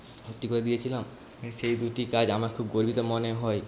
ভর্তি করে দিয়েছিলাম সেই দুইটি কাজ আমার খুব গর্বিত মনে হয়